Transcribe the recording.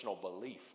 belief